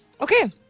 Okay